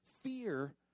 fear